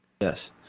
yes